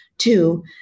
Two